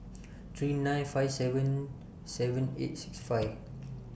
three nine five seven seven eight six five